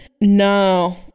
no